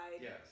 Yes